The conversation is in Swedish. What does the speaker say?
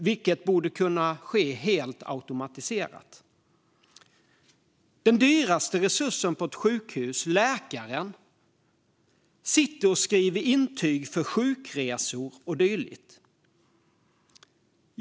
Det borde kunna ske helt automatiserat. Den dyraste resursen på ett sjukhus - läkaren - sitter och skriver intyg för sjukresor och dylikt.